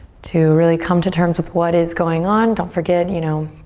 to really come to terms with what is going on. don't forget, you know,